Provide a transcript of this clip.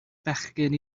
bechgyn